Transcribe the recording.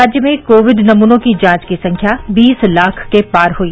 राज्य में कोविड नमूनों की जांच की संख्या बीस लाख के पार हुई